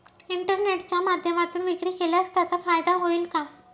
इंटरनेटच्या माध्यमातून विक्री केल्यास त्याचा फायदा होईल का?